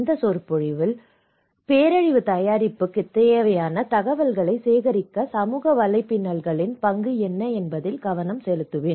இந்த சொற்பொழிவில் பேரழிவு தயாரிப்புக்கு தேவையான தகவல்களை சேகரிக்க சமூக வலைப்பின்னல்களின் பங்கு என்ன என்பதில் கவனம் செலுத்துவேன்